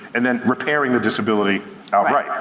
and then repairing the disability outright.